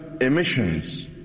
emissions